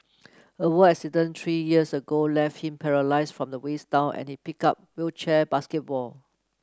a work accident three years ago left him paralysed from the waist down and he picked up wheelchair basketball